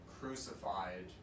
crucified